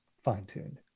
fine-tuned